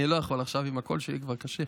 אני לא יכול עכשיו עם הקול שלי, זה כבר קשה.